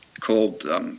called